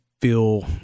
feel